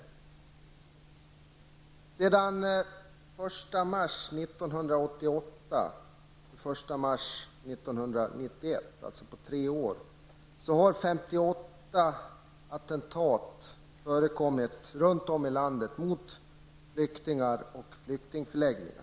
Under perioden den 1 mars 1988 till den 1 mars 1991, dvs. under tre år, har 58 attentat utförts runt om i landet mot flyktingar och förläggningar.